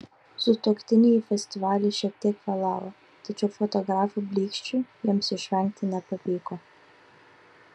sutuoktiniai į festivalį šiek tiek vėlavo tačiau fotografų blyksčių jiems išvengti nepavyko